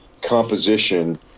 composition